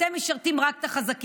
אתם משרתים רק את החזקים.